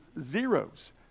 zeros